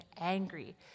angry